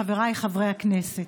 חבריי חברי הכנסת,